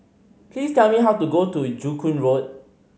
please tell me how to get to Joo Koon Road